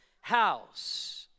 house